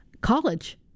college